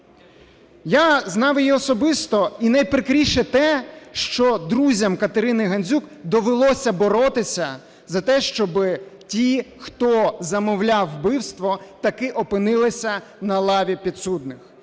Я знав її особисто і найприкріше те, що друзям Катерини Гандзюк довелося боротися за те, щоб ті, хто замовляв вбивство, таки опинилися на лаві підсудних.